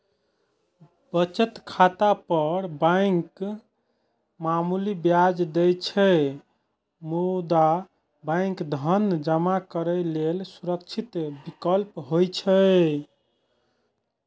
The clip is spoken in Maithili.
बचत खाता पर बैंक मामूली ब्याज दै छै, मुदा बैंक धन जमा करै लेल सुरक्षित विकल्प होइ छै